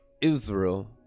Israel